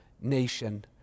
nation